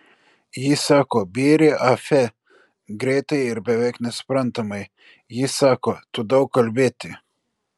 ji sako bėrė afe greitai ir beveik nesuprantamai ji sako tu daug kalbėti